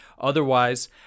otherwise